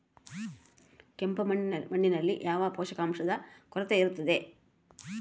ಕೆಂಪು ಮಣ್ಣಿನಲ್ಲಿ ಯಾವ ಪೋಷಕಾಂಶದ ಕೊರತೆ ಇರುತ್ತದೆ?